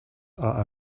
are